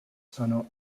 sono